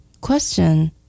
Question